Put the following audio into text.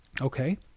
Okay